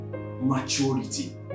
maturity